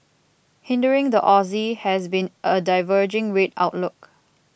hindering the Aussie has been a diverging rate outlook